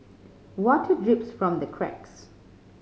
water drips from the cracks